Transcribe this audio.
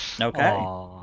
Okay